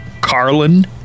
Carlin